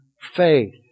faith